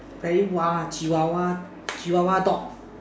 very wild chihuahua chihuahua dog